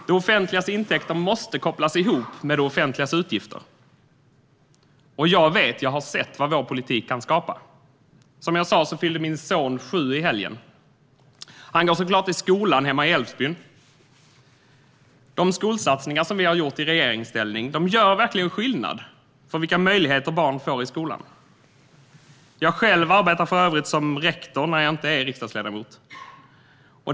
Det offentligas intäkter måste kopplas ihop med det offentligas utgifter, och jag har sett vad vår politik kan skapa. Som jag sa fyllde min son sju i helgen. Han går såklart i skola hemma i Älvsbyn. De skolsatsningar som vi har gjort i regeringsställning gör verkligen skillnad för vilka möjligheter barn får i skolan. Jag arbetar själv som rektor när jag inte är riksdagsledamot.